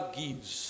gives